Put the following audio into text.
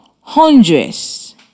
hundreds